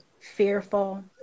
fearful